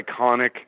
iconic